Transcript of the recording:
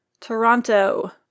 Toronto